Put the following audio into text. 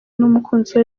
n’umukunzi